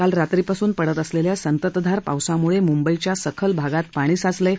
काल रात्रीपासून पडत असलेल्या संततधार पावसामुळे मुंबईच्या सखल भागात पाणी साचलं आहे